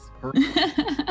perfect